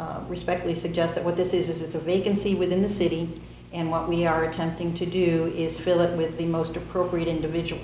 to respectfully suggest that what this is is it's a vacancy within the city and what we are attempting to do is fill it with the most appropriate individual